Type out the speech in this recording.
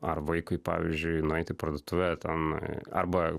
ar vaikui pavyzdžiui nueiti į parduotuvę ten arba